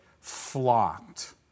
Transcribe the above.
flocked